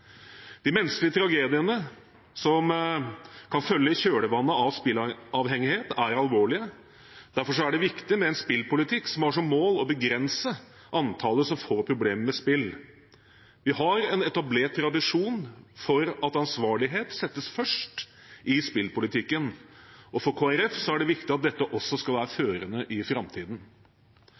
De menneskelige tragediene som kan følge i kjølvannet av spilleavhengighet, er alvorlige. Derfor er det viktig med en spillpolitikk som har som mål å begrense antallet som får problemer med spill. Vi har en etablert tradisjon for at ansvarlighet settes først i spillpolitikken. For Kristelig Folkeparti er det viktig at dette også skal være førende i framtiden.